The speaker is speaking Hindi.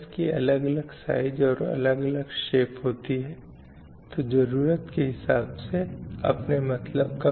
जिससे एक महिला की भूमिका कुछ क्षेत्रों तक सीमित हो जाती है और इस प्रक्रिया में एक महिला की भूमिका को कुचल देते हैं